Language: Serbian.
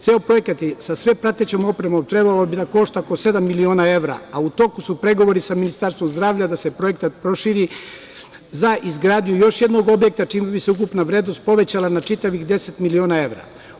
Ceo projekat sa sve pratećom opremom trebalo bi da košta oko sedam miliona evra, a u toku su pregovori sa Ministarstvom zdravlja da se projekat proširi za izgradnju još jednog objekta, čime bi se ukupna vrednost povećala na čitavih deset miliona evra.